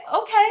Okay